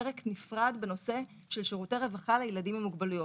פרק נפרד בנושא של שירותי רווחה לילדים עם מוגבלויות.